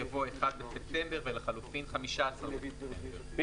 ולחלופין 90%. זו ההסתייגות הראשונה.